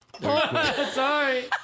Sorry